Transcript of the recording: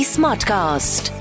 Smartcast